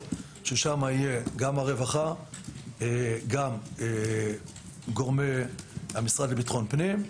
ששם יהיו גם הרווחה וגם גורמי המשרד לביטחון הפנים,